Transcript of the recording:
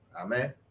amen